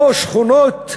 או שכונות,